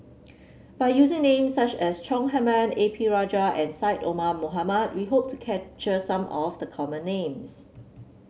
by using names such as Chong Heman A P Rajah and Syed Omar Mohamed we hope to capture some of the common names